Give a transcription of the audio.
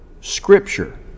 Scripture